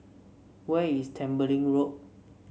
where is Tembeling Road